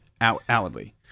outwardly